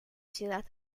ciudad